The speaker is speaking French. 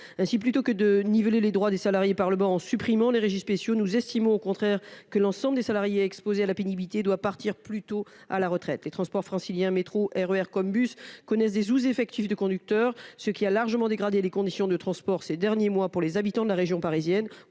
qu'au lieu de niveler les droits des salariés par le bas en supprimant les régimes spéciaux, il faut permettre à l'ensemble des salariés exposés à la pénibilité de partir plus tôt à la retraite. Les transports franciliens- le métro, le RER et le bus -subissent tous des sous-effectifs de conducteurs, ce qui a largement dégradé les conditions de transport au cours des derniers mois pour les habitants de la région parisienne.